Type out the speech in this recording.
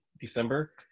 December